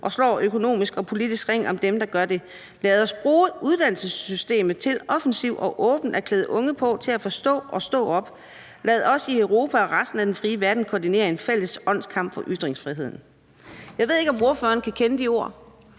og slår økonomisk og politisk ring om dem, der gør det. Lad os bruge uddannelsessystemet til offensivt og åbent at klæde unge på til at forstå og stå op. Lad os i Europa og resten af den frie verden koordinere en fælles åndskamp for ytringsfriheden.« Jeg ved ikke, om ordføreren kan genkende de ord.